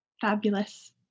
Fabulous